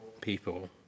people